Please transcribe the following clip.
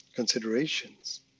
Considerations